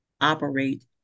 operate